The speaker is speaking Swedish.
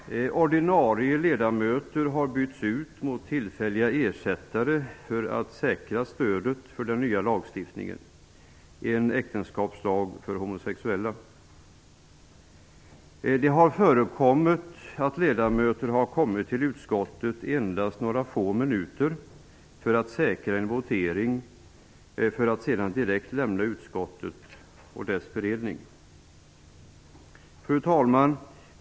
Ordinarie ledamöter har bytts mot tillfälliga ersättare för att säkra stödet för den nya lagstiftningen, en äktenskapslag för homosexuella. Det har förekommit att ledamöter har kommit till utskottet endast några få minuter för att säkra en votering, för att sedan direkt lämna utskottet och dess beredning. Fru talman!